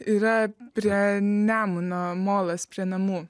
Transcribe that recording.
yra prie nemuno molas prie namų